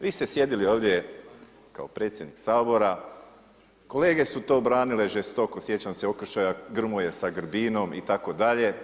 Vi ste sjedili ovdje kao predsjednik Sabora, kolege su to branile žestoko, sjećam se okršaja Grmoje sa Grbinom itd.